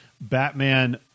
Batman